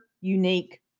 unique